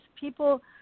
People